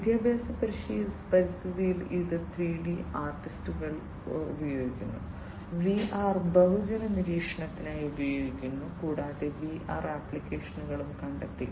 വിദ്യാഭ്യാസ പരിതസ്ഥിതികളിൽ ഇത് 3D ആർട്ടിസ്റ്റുകൾ ഉപയോഗിക്കുന്നു VR ബഹുജന നിരീക്ഷണത്തിനായി ഉപയോഗിക്കുന്നു കൂടാതെ VR ആപ്ലിക്കേഷനുകളും കണ്ടെത്തി